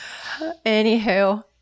Anywho